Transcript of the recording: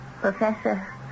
Professor